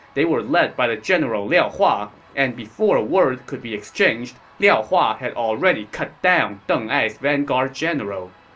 they were led by the general liao hua, and before a word could be exchanged, liao hua had already cut down deng ai's vanguard general.